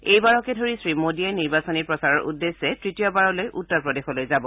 এইবাৰকে ধৰি শ্ৰীমোদীয়ে নিৰ্বাচনী প্ৰচাৰৰ উদ্দেশ্যে ত্তীয়বাৰলৈ উত্তৰ প্ৰদেশলৈ যাব